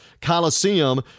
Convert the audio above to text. Coliseum